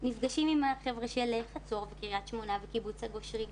נפגשים עם החבר'ה של חצור וקריית שמונה וקיבוץ הגושרים.